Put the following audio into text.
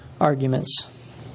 arguments